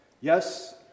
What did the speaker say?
Yes